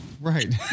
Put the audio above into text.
Right